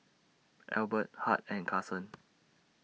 Ethelbert Hart and Carson